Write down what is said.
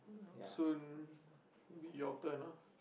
soon it'll be your turn ah